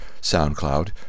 SoundCloud